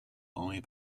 only